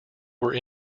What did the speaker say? were